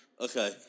Okay